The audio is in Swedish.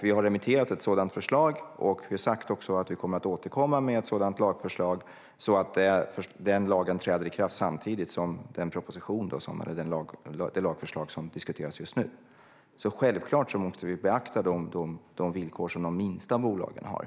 Vi har remitterat ett sådant förslag och vi har sagt att vi kommer att återkomma med ett sådant lagförslag för att den lagen ska träda i kraft samtidigt som det lagförslag som diskuteras just nu. Självklart måste vi beakta de villkor som de minsta bolagen har.